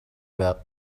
байгаа